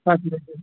हजुर हजुर